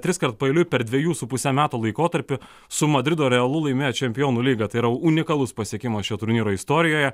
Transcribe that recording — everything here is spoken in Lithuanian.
triskart paeiliui per dvejų su puse metų laikotarpį su madrido realu laimėjo čempionų lygą tai yra unikalus pasiekimas šio turnyro istorijoje